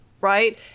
right